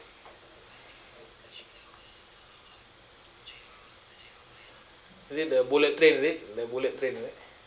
is it the bullet train is it the bullet train is it